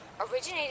originated